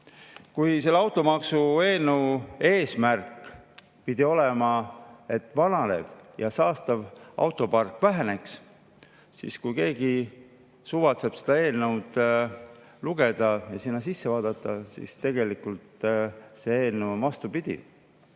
Selle automaksu eelnõu eesmärk pidi olema, et vananev ja saastav autopark väheneks, aga kui keegi suvatseks seda eelnõu lugeda, sinna sisse vaadata, siis [ta näeks, et] see on vastupidi: